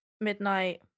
midnight